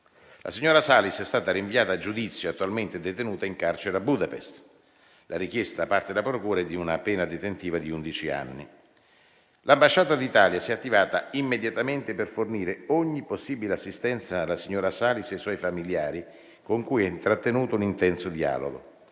La signora Salis è stata rinviata a giudizio ed è attualmente detenuta in carcere a Budapest; la richiesta da parte della procura è di una pena detentiva di undici anni. L'ambasciata d'Italia si è attivata immediatamente per fornire ogni possibile assistenza alla signora Salis e ai suoi familiari, con cui ha intrattenuto un intenso dialogo.